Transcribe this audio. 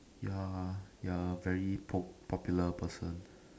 you're you're a very pop~ popular person